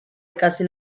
ikasi